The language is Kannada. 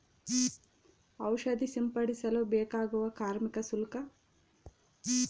ಔಷಧಿ ಸಿಂಪಡಿಸಲು ಬೇಕಾಗುವ ಕಾರ್ಮಿಕ ಶುಲ್ಕ?